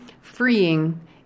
freeing